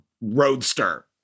roadster